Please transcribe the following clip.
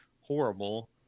horrible